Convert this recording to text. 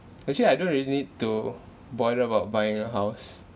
actually I don't really need to bother about buying a house